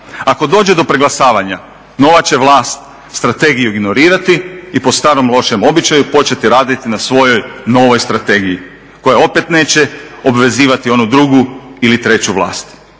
Ako dođe do preglasavanja nova će vlast strategiju ignorirati i po starom lošem običaju početi raditi na svojoj novoj strategiji koja opet neće obvezivati onu drugu ili treću vlast.